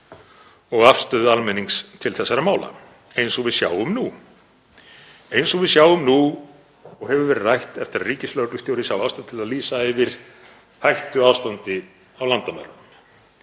og afstöðu almennings til þessara mála eins og við sjáum nú og hefur verið rætt eftir að ríkislögreglustjóri sá ástæðu til að lýsa yfir hættuástandi á landamærum.